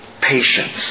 Patience